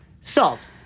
Salt